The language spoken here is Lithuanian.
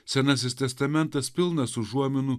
senasis testamentas pilnas užuominų